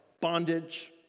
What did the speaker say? bondage